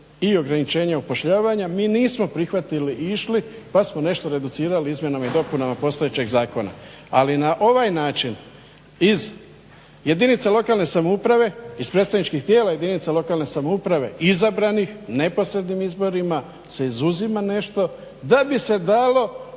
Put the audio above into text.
i ograničenja upošljavanja mi nismo prihvatili i išli pa smo nešto reducirali izmjenama i dopunama postojećeg zakona. Ali na ovaj način iz jedinica lokalne samouprave, iz predstavničkih tijela jedinica lokalne samouprave izabranih neposrednim izborima se izuzima nešto da bi se dalo